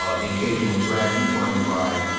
ah the occasional dragon flying by,